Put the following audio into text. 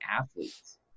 athletes